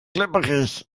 glibberig